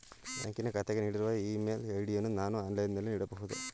ಬ್ಯಾಂಕಿನ ಖಾತೆಗೆ ನೀಡಿರುವ ಇ ಮೇಲ್ ಐ.ಡಿ ಯನ್ನು ನಾನು ಆನ್ಲೈನ್ ನಲ್ಲಿ ನೀಡಬಹುದೇ?